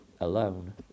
alone